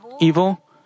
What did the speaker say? evil